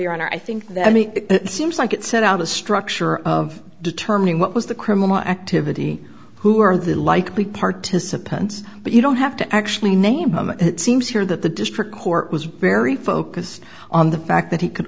honor i think that i mean it seems like it set out a structure of determining what was the criminal activity who are the likely participants but you don't have to actually name it seems here that the district court was very focused on the fact that he could